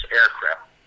aircraft